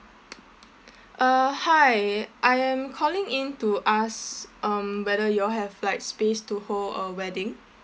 uh hi I am calling in to ask um whether you all have like space to hold a wedding